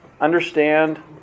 understand